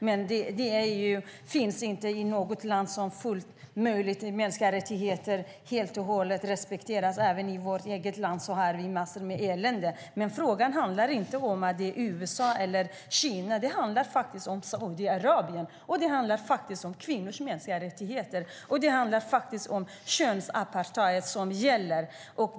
Men det finns inget land som helt och hållet respekterar mänskliga rättigheter. Även i vårt eget land har vi massor med elände. Men frågan handlar inte om USA eller Kina, utan det handlar faktiskt om Saudiarabien, och det handlar om kvinnors mänskliga rättigheter. Det handlar om den könsapartheid som gäller.